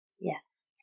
Yes